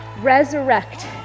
resurrect